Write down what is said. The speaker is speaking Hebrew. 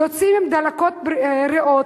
יוצאים עם דלקות ריאות.